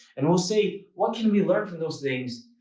and we'll say, what can we learn from those things?